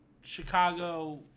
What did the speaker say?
Chicago